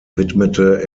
widmete